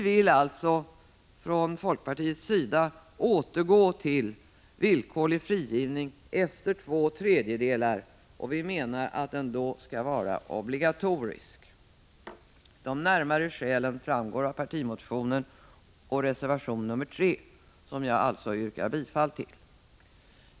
Folkpartiet vill alltså återgå till villkorlig frigivning efter två tredjedelar av tiden, och vi menar att den då skall vara obligatorisk. De närmare skälen framgår av partimotionen och av reservation nr 3, som jag alltså yrkar bifall till.